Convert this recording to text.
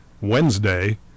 Wednesday